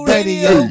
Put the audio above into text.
Radio